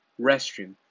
restroom